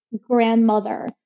grandmother